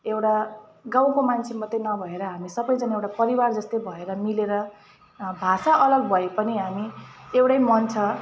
एउटा गाउँको मान्छे मात्रै नभएर हामी सबैजना एउटा परिवार जस्तै भएर मिलेर भाषा अलग भए पनि हामी एउटै मन छ